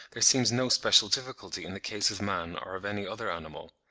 there seems no special difficulty in the case of man or of any other animal.